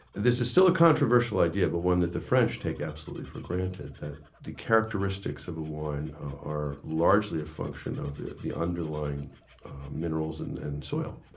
this is still a controversial idea, but one that the french take absolutely for granted that the characteristics of a wine are largely a function of the the underlying minerals and and soil.